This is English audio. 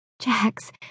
Jax